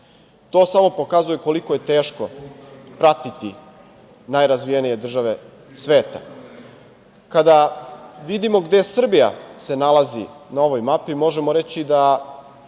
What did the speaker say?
To samo pokazuje koliko je teško pratiti najrazvijenije države sveta. Kada vidimo gde se Srbija nalazi na ovoj mapi, možemo reći da